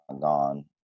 gone